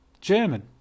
German